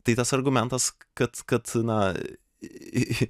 tai tas argumentas kad kad na į